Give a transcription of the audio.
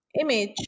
image